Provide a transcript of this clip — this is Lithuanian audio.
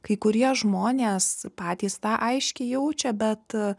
kai kurie žmonės patys tą aiškiai jaučia bet